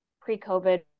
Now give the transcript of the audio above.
pre-COVID